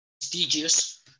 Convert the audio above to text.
prestigious